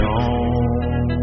on